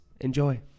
enjoy